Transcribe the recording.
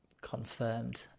confirmed